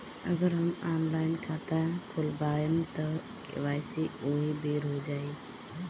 अगर हम ऑनलाइन खाता खोलबायेम त के.वाइ.सी ओहि बेर हो जाई